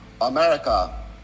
America